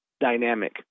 dynamic